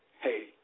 hey